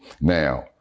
Now